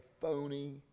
phony